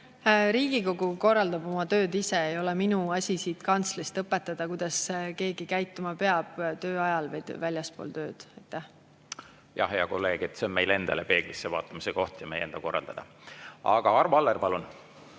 Riigikogu korraldab oma tööd ise. Ei ole minu asi siit kantslist õpetada, kuidas keegi käituma peab tööajal või väljaspool tööd. Jah, hea kolleeg, see on meil endal peeglisse vaatamise koht ja meie enda korraldada. Aga, Arvo Aller, palun!